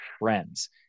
friends